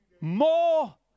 more